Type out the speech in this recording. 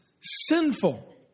sinful